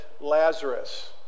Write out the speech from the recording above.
Lazarus